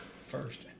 first